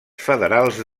federals